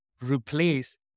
replace